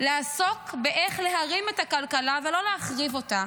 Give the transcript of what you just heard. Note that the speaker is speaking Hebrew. לעסוק באיך להרים את הכלכלה, ולא להחריב אותה